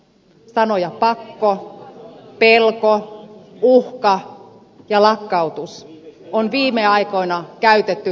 sanoja pakko pelko uhka ja lakkautus on viime aikoina käytetty taajaan